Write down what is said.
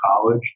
college